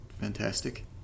fantastic